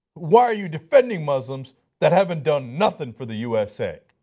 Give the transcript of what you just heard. why are you defending muslims that haven't done nothing for the usa?